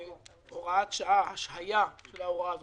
כהוראת שעה, השהייה של ההוראה הזאת.